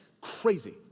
Crazy